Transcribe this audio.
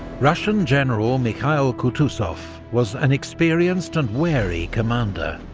russian general mikhail kutuzov was an experienced and wary commander,